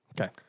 Okay